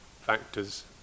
factors